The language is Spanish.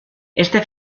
este